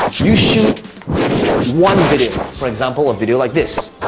you shoot one video. for example, a video like this.